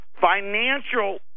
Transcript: financial